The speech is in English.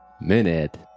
minute